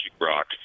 Rock